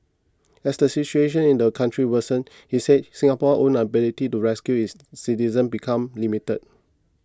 as the situation in the country worsens he said Singapore's own ability to rescue its citizens becomes limited